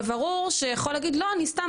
בבירור שיכול להגיד ש"סתם,